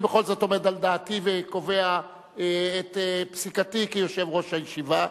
אני בכל זאת עומד על דעתי וקובע את פסיקתי כיושב-ראש הישיבה.